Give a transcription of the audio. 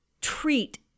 treat